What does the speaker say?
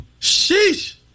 Sheesh